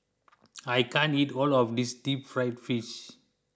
I can't eat all of this Deep Fried Fish